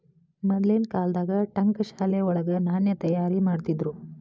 ಮದ್ಲಿನ್ ಕಾಲ್ದಾಗ ಠಂಕಶಾಲೆ ವಳಗ ನಾಣ್ಯ ತಯಾರಿಮಾಡ್ತಿದ್ರು